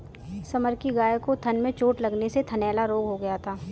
summer की गाय को थन में चोट लगने से थनैला रोग हो गया था